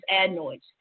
adenoids